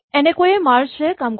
এনেকৈয়ে মাৰ্জ এ কাম কৰিব